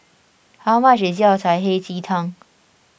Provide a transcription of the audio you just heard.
how much is Yao Cai Hei Ji Tang